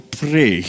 pray